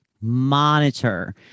monitor